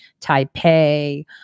Taipei